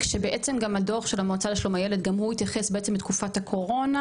כשבעצם הדוח של המועצה לשלום הילד גם הוא התייחס בעצם לתקופת הקורונה,